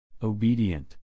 Obedient